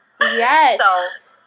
Yes